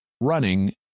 running